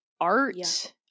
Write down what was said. art